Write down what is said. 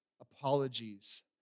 apologies